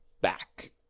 back